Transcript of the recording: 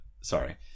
Sorry